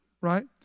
right